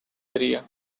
area